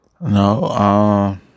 No